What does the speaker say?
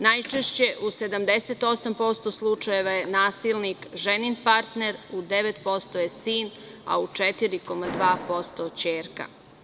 Najčešće u 78% slučajeva je nasilnik ženin partner, u 9% je sin, a u 4,2% ćerka.